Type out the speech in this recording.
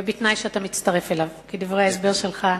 ובתנאי שאתה מצטרף אליו, כי דברי ההסבר שלך,